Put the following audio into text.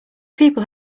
people